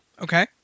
Okay